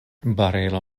barelo